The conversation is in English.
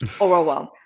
overwhelmed